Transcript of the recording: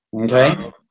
Okay